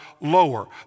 lower